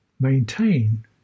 maintain